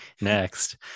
next